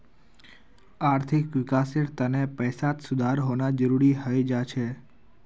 आर्थिक विकासेर तने पैसात सुधार होना जरुरी हय जा छे